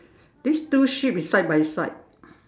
this two sheep is side by side